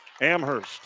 Amherst